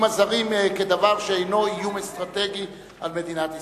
הזרים כדבר שאינו איום אסטרטגי על מדינת ישראל.